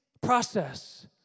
process